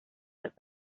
that